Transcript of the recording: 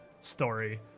story